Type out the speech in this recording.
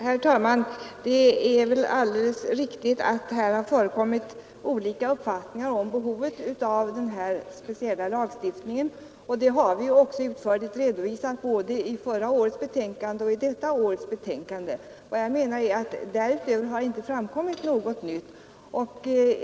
Herr talman! Det är väl alldeles riktigt att här har förekommit olika uppfattningar om behovet av en lagstiftning på det område det här gäller, och vi har också utförligt redovisat detta både i förra årets och i årets utskottsbetänkande. Därutöver har emellertid inte framkommit någonting nytt.